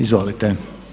Izvolite.